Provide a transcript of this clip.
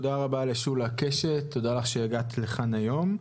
תודה רבה לשולה קשת, תודה לך שהגעת לכאן היום.